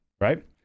right